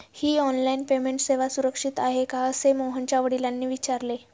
ही online payment सेवा सुरक्षित आहे का असे मोहनच्या वडिलांनी विचारले